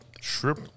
shrimp